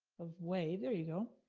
of wave, there you go.